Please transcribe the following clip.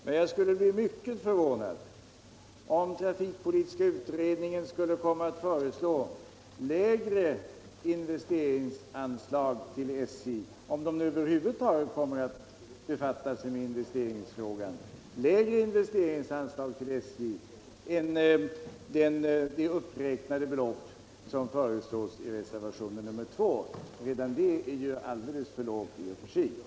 Men jag skulle bli mycket förvånad om kommittén föreslog lägre investeringsanslag till SJ — om den över huvud taget befattar sig med investeringsfrågan — än det uppräknade belopp som föreslås i reservationen 2. Redan det beloppet är ju alldeles för lågt i och för sig.